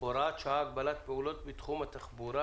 (הוראת שעה) הגבלת פעילות בתחום התחבורה)